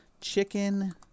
chicken